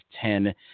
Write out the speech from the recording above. ten